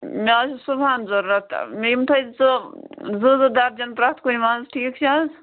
مےٚ حظ چھِ صُبحن ضروٗرت یِم تھٲوزیٚو زٕ زٕ دَرجَن پرٛٮ۪تھ کُنہِ منٛز ٹھیٖک چھِ حظ